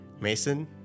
Mason